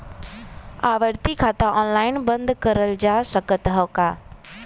आवर्ती खाता ऑनलाइन बन्द करल जा सकत ह का?